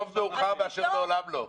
טוב מאוחר מאשר לעולם לא.